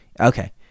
okay